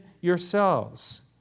yourselves